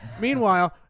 Meanwhile